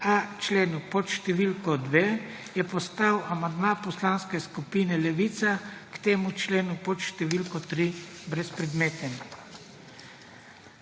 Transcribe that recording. členu pod številko 2 je postal amandma Poslanske skupine Levica k temu členu pod številko 3 brezpredmeten.